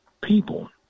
people